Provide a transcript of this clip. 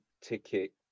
ticket